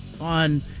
on